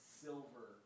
silver